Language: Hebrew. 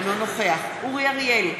אינו נוכח אורי אריאל,